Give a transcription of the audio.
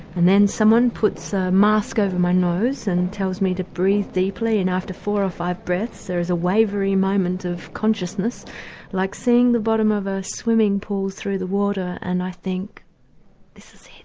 and then someone puts a mask over my nose and tells me to breathe deeply and after four or five breaths there is a wavering moment of consciousness like seeing the bottom of a swimming pool through the water and i think this is